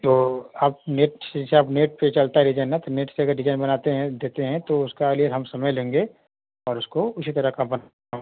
तो अब नेट से सब नेट पर चलता ना डिजाइन ना तो नेट से अगर डिजाइन बनाते हैं देते हैं तो उसका लिए हम समय लेंगे और उसको उसी तरह का बन वा